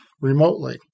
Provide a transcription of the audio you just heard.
remotely